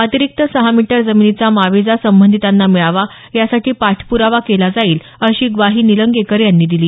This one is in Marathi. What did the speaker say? अतिरिक्त सहा मीटर जमिनीचा मावेजा संबंधितांना मिळावा यासाठी पाठप्रावा केला जाईल अशी ग्वाही निलंगेकर यांनी दिली